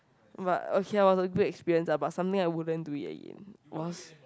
but okay ah was a good experience ah but something I wouldn't do it again was